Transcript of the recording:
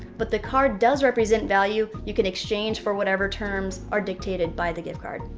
but the card does represent value you can exchange for whatever terms are dictated by the gift card.